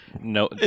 no